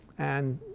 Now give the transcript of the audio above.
and